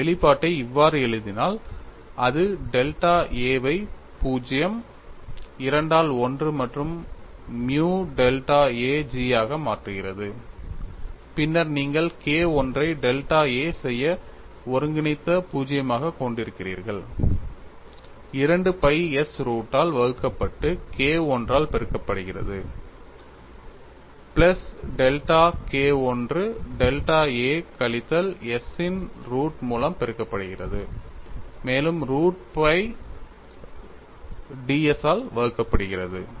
நான் வெளிப்பாட்டை இவ்வாறு எழுதினால் அது டெல்டா a வை 0 2 ஆல் 1 மற்றும் மியூ டெல்டா a G ஆக மாற்றுகிறது பின்னர் நீங்கள் KI ஐ டெல்டா a செய்ய ஒருங்கிணைந்த 0 ஐக் கொண்டிருக்கிறீர்கள் 2 pi s ரூட்டால் வகுக்கப்பட்டு KI ஆல் பெருக்கப்படுகிறது plus delta KI delta a கழித்தல் s ன் ரூட் மூலம் பெருக்கப்படுகிறது மேலும் ரூட் 2 pi ds ஆல் வகுக்கப்படுகிறது